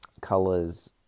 colors